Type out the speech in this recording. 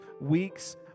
weeks